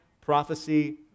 prophecy